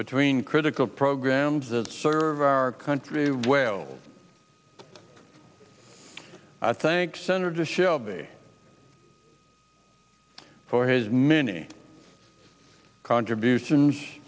between critical programs that serve our country well i thank senator shelby for his many contributions